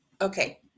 Okay